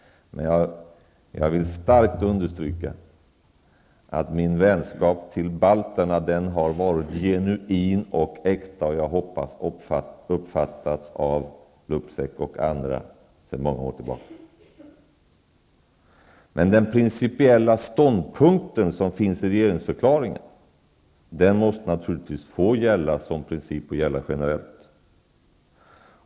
Jag vill emellertid starkt understryka att min vänskap till balterna har varit genuin och äkta, och jag hoppas att detta har uppfattats av Luksep och andra sedan många år tillbaka. Men den principiella ståndpunkten som finns i regeringsförklaringen måste naturligtvis få gälla som princip och gälla generellt.